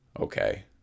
Okay